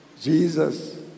Jesus